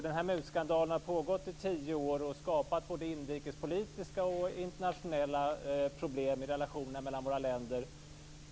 Denna mutskandal har pågått i tio år och skapat både inrikespolitiska problem och problem i relationerna mellan våra länder.